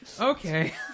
Okay